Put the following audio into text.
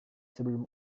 sebelum